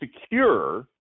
secure